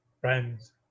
friends